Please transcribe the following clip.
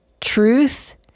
truth